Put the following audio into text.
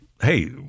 hey